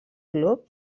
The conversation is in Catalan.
club